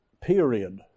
period